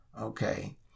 Okay